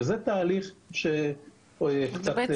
שזה תהליך שקצת מייקר.